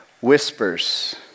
whispers